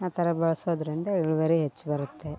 ಆ ಥರ ಬಳಸೋದ್ರಿಂದ ಇಳುವರಿ ಹೆಚ್ಚು ಬರುತ್ತೆ